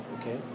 Okay